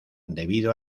debido